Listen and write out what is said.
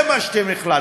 זה מה שאתם החלטתם.